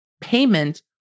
payment